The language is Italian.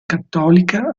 cattolica